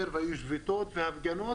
היו שביתות והפגנות